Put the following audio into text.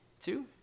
two